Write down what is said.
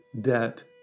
debt